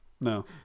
no